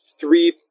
three